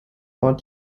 ort